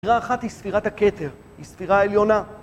ספירה אחת היא ספירת הכתר, היא ספירה עליונה.